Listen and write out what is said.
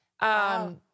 Wow